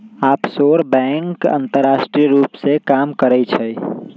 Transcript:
offshore bank अंतरराष्ट्रीय रूप से काम करइ छइ